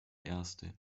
erste